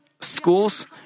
schools